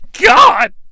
God